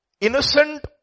innocent